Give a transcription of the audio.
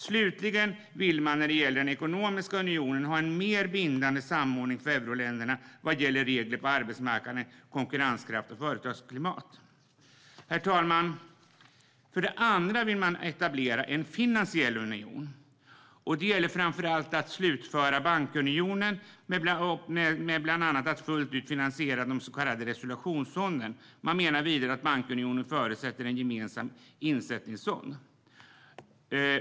Slutligen vill man när det gäller den ekonomiska unionen ha en mer bindande samordning för euroländerna vad gäller regler på arbetsmarknaden, konkurrenskraft och företagsklimat. Herr talman! För det andra vill man etablera en finansiell union. Det gäller framför allt att slutföra bankunionen med att bland annat fullt ut finansiera den så kallade resolutionsfonden. Man menar vidare att bankunionen förutsätter en gemensam insättningsfond.